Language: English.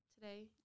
today